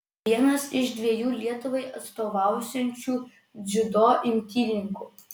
vienas iš dviejų lietuvai atstovausiančių dziudo imtynininkų